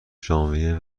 ژانویه